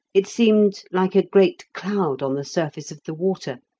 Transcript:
it seemed like a great cloud on the surface of the water,